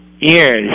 ears